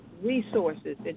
resources